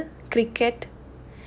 I_P_L cricket